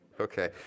Okay